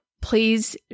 Please